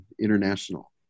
International